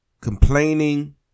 complaining